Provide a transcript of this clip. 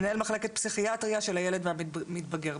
מנהל מחלקת פסיכיאטריה של הילד והמתבגר.